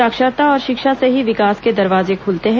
साक्षरता और शिक्षा से ही विकास के दरवाजे खुलते हैं